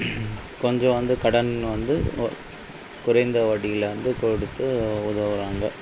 கொஞ்சம் வந்து கடன் வந்து குறைந்த வட்டியில் வந்து கொடுத்து உதவுகிறாங்க